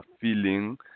feeling